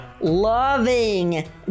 loving